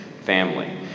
family